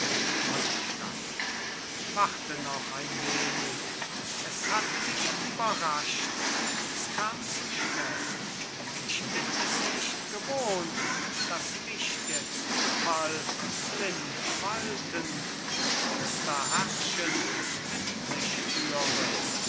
wallenstein warte noch ein wenig er hat mich überrascht es kam zu schnell ich bin es nicht gewohnt daß mich der zufall blind waltend finster herrschend mit sich führe